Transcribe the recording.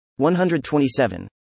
127